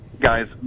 Guys